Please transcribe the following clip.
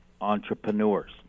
entrepreneurs